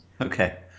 Okay